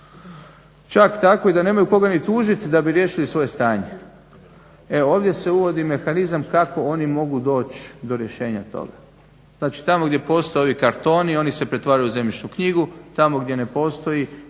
čak tako da nemaju koga ni tužiti da bi riješili svoje stanje. E ovdje se uvodi mehanizam kako oni mogu doći do rješenja toga. Znači tamo gdje postoje ovi kartoni oni se pretvaraju u zemljišnu knjigu, tamo gdje ne postoji